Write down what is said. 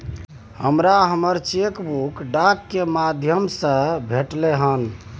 हमरा हमर cheque book डाक के माध्यम से भेटलय हन